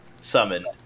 summoned